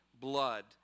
blood